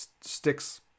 sticks